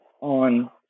on